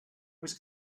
was